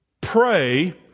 pray